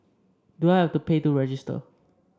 do I have to pay to register